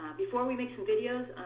before we make some videos,